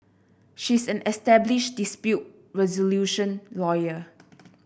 she's an established dispute resolution lawyer